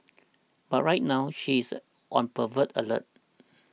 but right now she is on pervert alert